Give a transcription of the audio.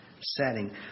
setting